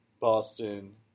boston